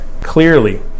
Clearly